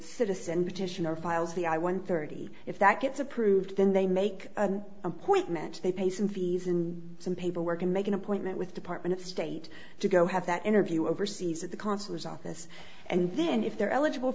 citizen petition or files the i one thirty if that gets approved then they make an appointment they pay some fees in some paperwork and make an appointment with department of state to go have that interview overseas at the consulate office and then if they're el